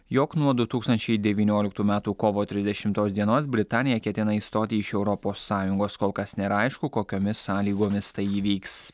jog nuo du tūkstančiai devynioliktų metų kovo trisdešimtos dienos britanija ketina išstoti iš europos sąjungos kol kas neaišku kokiomis sąlygomis tai įvyks